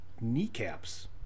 kneecaps